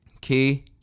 Key